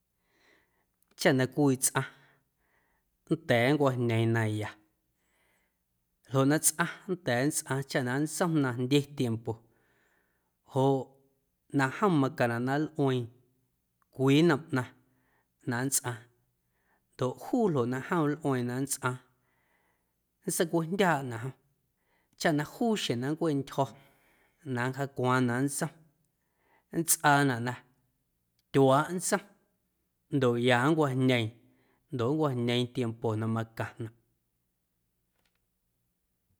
Chaꞌ na cwii tsꞌaⁿ nnda̱a̱ nncwajñeeⁿ na ya ljoꞌ na tsꞌaⁿ nnda̱a̱ nntsꞌaaⁿ chaꞌ na nntsom jndye tiempo joꞌ na jom macaⁿnaꞌ na nlꞌueeⁿ cwii nnom ꞌnaⁿ na nntsꞌaaⁿ ndoꞌ juu ljoꞌ na nlꞌueeⁿ na nntsꞌaaⁿ nntseicueeꞌjndyaaꞌnaꞌ jom chaꞌ na juu xjeⁿ na nncweꞌntyjo̱ na nncjaacwaaⁿ na nntsom nntsꞌaanaꞌ na tyuaaꞌ nntsom ndoꞌ ya nncwajñeeⁿ ndoꞌ nncwajñeeⁿ tiempo na macaⁿnaꞌ.